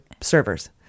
servers